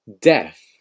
death